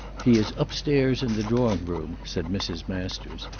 he is up-stairs in the drawing-room, said mrs. masters.